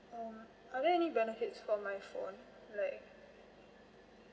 uh are there any benefits for my phone like